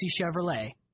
Chevrolet